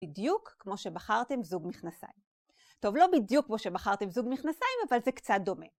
בדיוק כמו שבחרתם זוג מכנסיים. טוב, לא בדיוק כמו שבחרתם זוג מכנסיים, אבל זה קצת דומה.